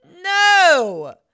No